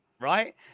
right